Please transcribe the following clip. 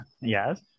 Yes